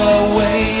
away